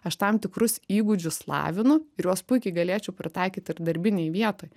aš tam tikrus įgūdžius lavinu ir juos puikiai galėčiau pritaikyti ir darbinėj vietoj